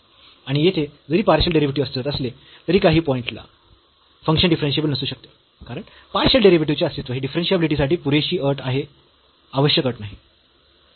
आणि येथे जरी पार्शियल डेरिव्हेटिव्ह अस्तित्वात असले तरी काही पॉईंट ला फंक्शन डिफरन्शियेबल नसू शकते कारण पार्शियल डेरिव्हेटिव्हचे अस्तित्व ही डिफरन्शियाबिलिटी साठी पुरेशी अट आहे आवश्यक अट नाही